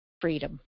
freedom